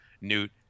Newt